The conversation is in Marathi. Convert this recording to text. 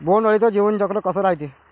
बोंड अळीचं जीवनचक्र कस रायते?